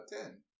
ten